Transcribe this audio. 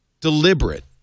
deliberate